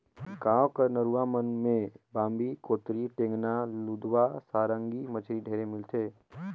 गाँव कर नरूवा मन में बांबी, कोतरी, टेंगना, लुदवा, सरांगी मछरी ढेरे मिलथे